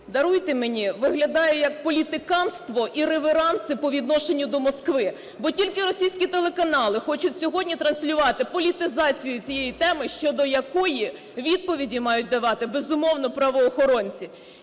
даруйте мені, виглядає як політиканство і реверанси по відношенню до Москви, бо тільки російські телеканали хочуть сьогодні транслювати політизацію цієї теми, щодо якої відповіді мають давати, безумовно, правоохоронці.